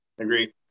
Agree